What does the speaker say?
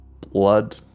blood